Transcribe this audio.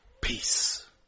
peace